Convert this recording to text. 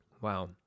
Wow